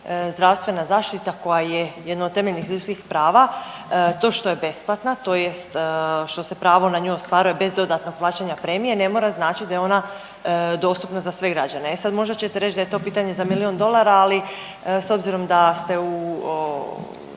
zdravstvena zaštita koja je jedno od temeljnih ljudskih prava to što je besplatna, tj. što se pravo na nju ostvaruje bez dodatnog plaćanja premije ne mora značiti da je ona dostupna za sve građane. E sad možda ćete reći da je to pitanje za milijun dolara, ali s obzirom da ste u